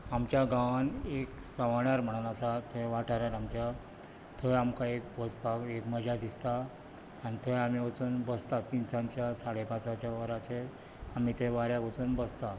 आमच्या गांवांत एक सवाणार म्हणून आसा थंय वाठारांत आमच्या थंय आमकां एक बसपाक एक मजा दिसता आनी थंय आमी वचून बसतात तिनसांजेच्या साडे पांचांच्या वरांचेर आमी थंय वाऱ्यार वचून बसता